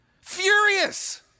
Furious